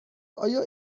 آیا